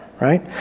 right